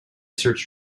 search